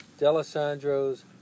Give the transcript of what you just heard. Delisandro's